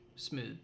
Smooth